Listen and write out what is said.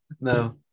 No